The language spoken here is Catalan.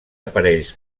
aparells